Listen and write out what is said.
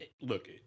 Look